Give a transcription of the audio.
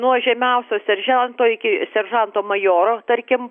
nuo žemiausio seržento iki seržanto majoro tarkim